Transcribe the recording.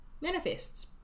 manifests